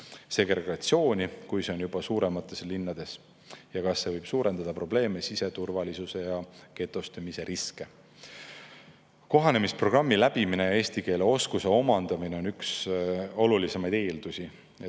segregatsiooni, kui see juba suuremates linnades on? Kas see võib suurendada probleeme siseturvalisuses ja getostumise riske?" Kohanemisprogrammi läbimine ja eesti keele oskuse omandamine on ühed olulisemad eeldused,